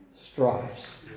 strifes